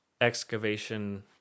excavation